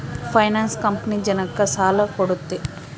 finance company ಜನಕ್ಕ ಸಾಲ ಕೊಡುತ್ತೆ